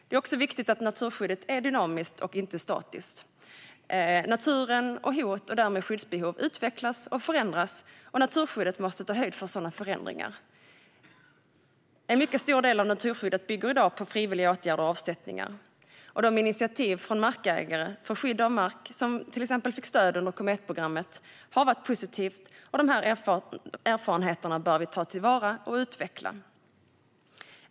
Det är också viktigt att naturskyddet är dynamiskt och inte statiskt. Naturen, liksom hot och därmed skyddsbehov, utvecklas och förändras. Naturskyddet måste ta höjd för sådana förändringar. En mycket stor del av naturskyddet bygger i dag på frivilliga åtgärder och avsättningar. De initiativ från markägare för skydd av mark som till exempel fick stöd under Kometprogrammet har varit något positivt. Dessa erfarenheter bör vi ta till vara och utveckla.